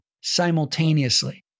simultaneously